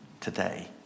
today